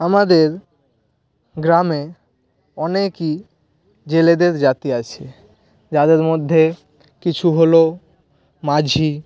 আমাদের গ্রামে অনেকই জেলেদের জাতি আছে যাদের মধ্যে কিছু হলো মাঝি